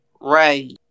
Right